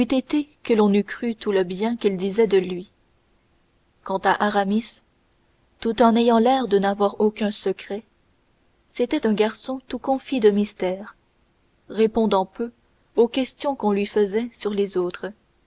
que l'on eût cru tout le bien qu'il disait de lui quant à aramis tout en ayant l'air de n'avoir aucun secret c'était un garçon tout confit de mystères répondant peu aux questions qu'on lui faisait sur les autres